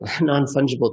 non-fungible